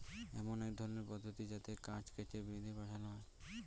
এমন এক ধরনের পদ্ধতি যাতে কাঠ কেটে, বেঁধে পাঠানো হয়